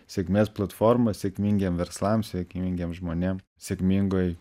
sėkmės platforma sėkmingiem verslam sėkmingiem žmonėm sėkmingoj